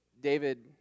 David